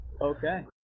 Okay